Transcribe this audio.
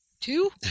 Two